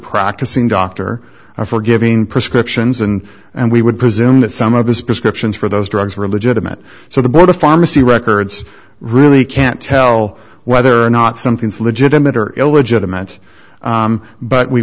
practicing doctor for giving prescriptions and and we would presume that some of his prescriptions for those drugs were legitimate so the pharmacy records really can't tell whether or not something's legitimate or illegitimate but we